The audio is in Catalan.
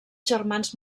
germans